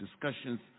discussions